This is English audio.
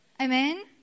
amen